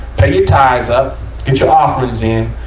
pay your tithes up. get your offerings in.